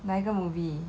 哪一个 movie